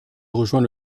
rejoint